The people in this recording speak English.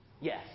Yes